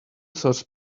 source